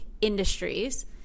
industries